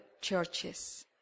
churches